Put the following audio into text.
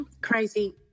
crazy